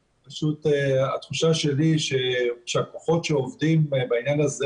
התחושה שלי היא שהכוחות שעובדים בעניין הזה